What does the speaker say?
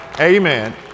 Amen